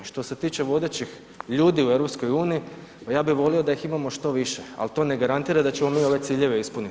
Što se tiče vodećih ljudi u EU, pa ja bih volio da ih imamo što više, ali to ne garantira da ćemo mi ove ciljeve ispunit.